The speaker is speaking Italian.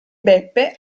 beppe